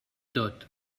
tot